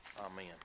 amen